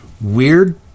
Weird